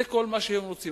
זה כל מה שהם רוצים.